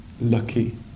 lucky